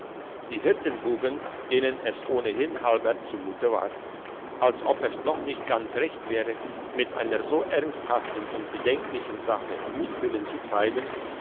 die hirtenbuben denen es ohnehin halber zumute war als ob es doch nicht ganz recht wäre mit einer so ernsthaften und bedenklichen sache mutwillen zu treiben